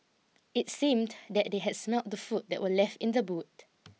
it seemed that they had smelt the food that were left in the boot